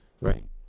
Right